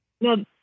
No